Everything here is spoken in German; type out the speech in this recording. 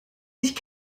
nicht